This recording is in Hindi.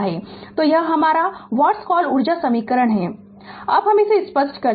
तो यह हमारा व्हाट्स कॉल ऊर्जा समीकरण है अब हम इसे स्पष्ट कर दे